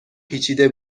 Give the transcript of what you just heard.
پیچیده